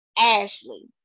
Ashley